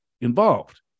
involved